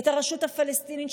את הרשות הפלסטינית,